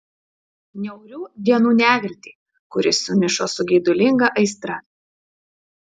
niaurių dienų neviltį kuri sumišo su geidulinga aistra